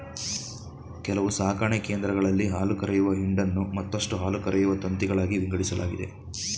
ಕೆಲವು ಸಾಕಣೆ ಕೇಂದ್ರಗಳಲ್ಲಿ ಹಾಲುಕರೆಯುವ ಹಿಂಡನ್ನು ಮತ್ತಷ್ಟು ಹಾಲುಕರೆಯುವ ತಂತಿಗಳಾಗಿ ವಿಂಗಡಿಸಲಾಗಿದೆ